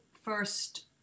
first